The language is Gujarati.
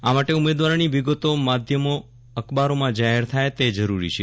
આ માટે ઉમેદવારોની વિગતો માધ્યમોઅખબારોમાં જાહેર થાય તે જરૂરી છે